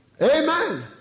Amen